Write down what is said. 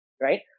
right